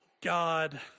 God